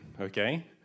okay